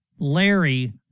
Larry